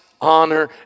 honor